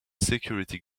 security